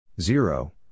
Zero